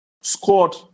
scored